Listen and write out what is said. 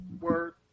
Word